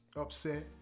upset